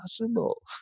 possible